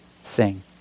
sing